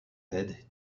paid